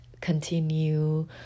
continue